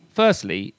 firstly